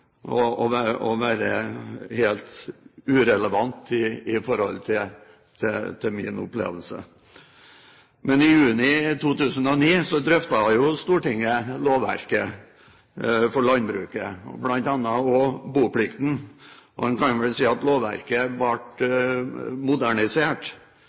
i forhold til min opplevelse. I juni 2009 drøftet jo Stortinget lovverket for landbruket, bl.a. boplikten, og en kan vel si at lovverket